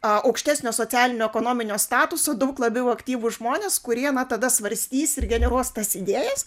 aukštesnio socialinio ekonominio statuso daug labiau aktyvūs žmonės kurie na tada svarstys ir generuos tas idėjas